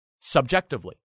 subjectively